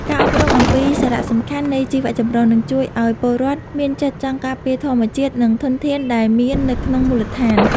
ការអប់រំអំពីសារៈសំខាន់នៃជីវចម្រុះនឹងជួយឱ្យពលរដ្ឋមានចិត្តចង់ការពារធម្មជាតិ និងធនធានដែលមាននៅក្នុងមូលដ្ឋាន។